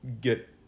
get